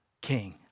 King